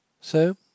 So